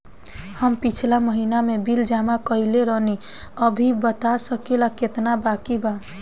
हम पिछला महीना में बिल जमा कइले रनि अभी बता सकेला केतना बाकि बा?